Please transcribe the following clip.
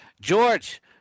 George